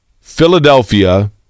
Philadelphia